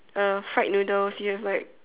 uh fried noodles you have like